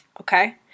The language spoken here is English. Okay